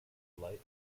light